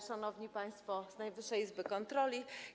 Szanowni Państwo z Najwyższej Izby Kontroli!